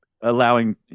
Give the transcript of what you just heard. allowing